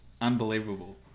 Unbelievable